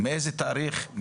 מאיזה תאריך?